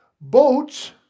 Boats